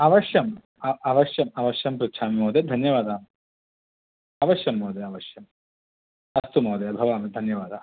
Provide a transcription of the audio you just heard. अवश्यम् अ अवश्यम् अवश्यं पृच्छामि महोदय अवश्यं महोदय अवश्यम् अस्तु महोदय भवामि धन्यवादाः